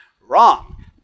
Wrong